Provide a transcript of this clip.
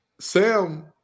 Sam